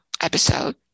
episode